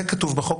זה כתוב בחוק.